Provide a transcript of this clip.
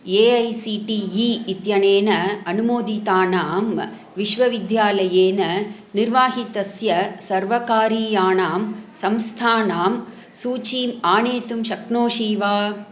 A I C T E इत्यनेन अनुमोदितानां विश्वविद्यालयेन निर्वाहितस्य सर्वकारीयाणां संस्थानां सूचिम् आनेतुं शक्नोषि वा